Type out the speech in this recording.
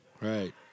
Right